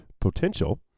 Potential